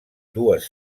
dues